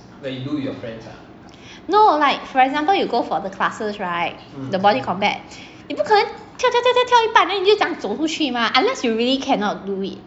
no like for example you go for the classes right the body combat 你不可能跳跳跳跳跳一半 then 你就这样走出去吗 unless you really cannot do it